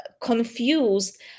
confused